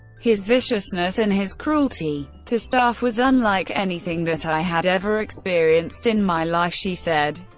his viciousness and his cruelty to staff was unlike anything that i had ever experienced in my life, she said.